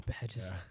badges